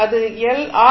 அது ஆர்